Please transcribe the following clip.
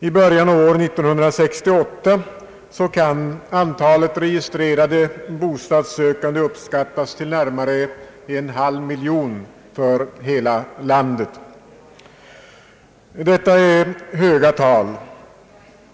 I början av år 1968 kunde antalet registrerade bostadssökande uppskattas till närmare en halv miljon för hela landet. Detta är höga tal.